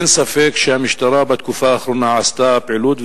אין ספק שהמשטרה בתקופה האחרונה עשתה פעילות,